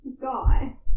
guy